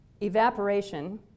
Evaporation